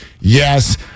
Yes